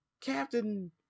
captain